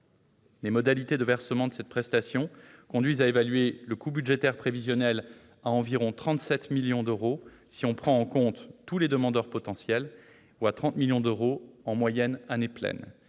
Les modalités de versement de cette prestation conduisent à évaluer le coût budgétaire prévisionnel à 37 millions d'euros environ, si l'on prend en compte tous les demandeurs potentiels, ou à 30 millions d'euros en moyenne en année pleine.